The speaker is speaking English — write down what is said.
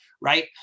right